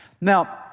Now